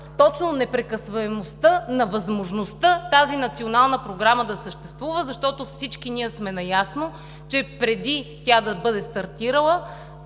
точно непрекъсваемостта на възможността тази национална програма да съществува, защото всички ние сме наясно, че преди тя да е стартирала,